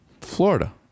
Florida